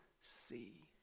see